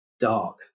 dark